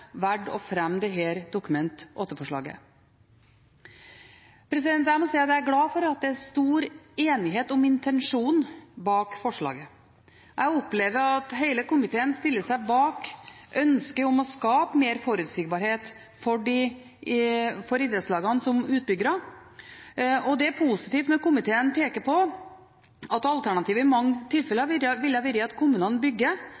valgte å fremme dette Dokument 8-forslaget. Jeg må si at jeg er glad for at det er stor enighet om intensjonen bak forslaget. Jeg opplever at hele komiteen stiller seg bak ønsket om å skape mer forutsigbarhet for idrettslagene som utbyggere, og det er positivt når komiteen peker på at alternativet i mange tilfeller ville vært at kommunene bygger